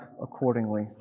accordingly